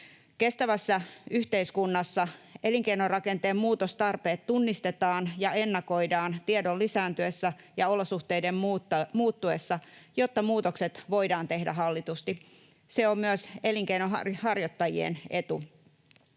Kestävässä yhteiskunnassa elinkeinorakenteen muutostarpeet tunnistetaan ja ennakoidaan tiedon lisääntyessä ja olosuhteiden muuttuessa, jotta muutokset voidaan tehdä hallitusti. Se on myös elinkeinonharjoittajien etu.